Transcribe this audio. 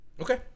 Okay